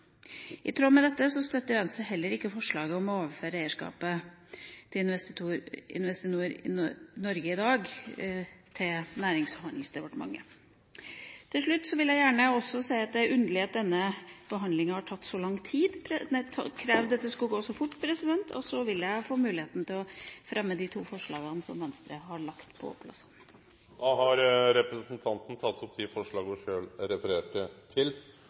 I tråd med dette støtter Venstre heller ikke forslaget om å overføre eierskapet til Investinor fra Innovasjon Norge til Nærings- og handelsdepartementet. Til slutt vil jeg gjerne også si at det er underlig at denne behandlinga har tatt så lang tid. Så vil jeg ta opp de to forslagene fra Venstre. Representanten Trine Skei Grande har teke opp dei forslaga ho refererte til.